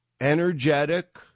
energetic